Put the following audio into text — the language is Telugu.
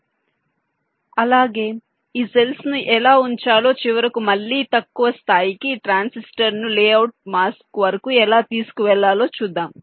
మెషిన్ ఫైనెట్ స్టేట్ మెషిన్ మాత్రమే కాదు ఇది ఒకరకమైన అలాగే ఈ సెల్స్ ను ఎలా ఉంచాలో చివరకు మళ్ళీ తక్కువ స్థాయికి ట్రాన్సిస్టర్ ను లేఅవుట్ మాస్క్ వరకు ఎలా తీసుకువెళ్లాలో చూద్దాం